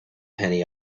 penny